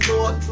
Lord